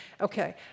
Okay